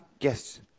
Yes